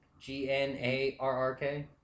G-N-A-R-R-K